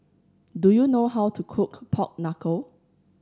do you know how to cook pork knuckle